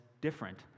different